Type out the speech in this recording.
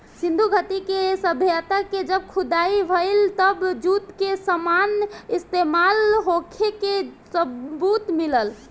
सिंधु घाटी के सभ्यता के जब खुदाई भईल तब जूट के सामान इस्तमाल होखे के सबूत मिलल